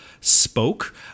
spoke